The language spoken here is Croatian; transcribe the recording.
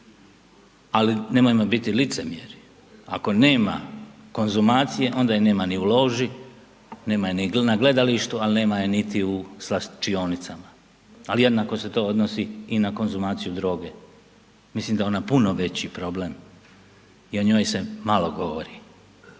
Ali, nemojmo biti licemjeri. Ako nema konzumacije, onda je nema ni u loži, nema je ni u gledalištu, ali nema je niti u svlačionicama. Ali, jednako se to odnosi i na konzumaciju droge. Mislim da je ona puno veći problem i on njoj se malo govori.